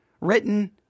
written